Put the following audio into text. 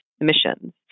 emissions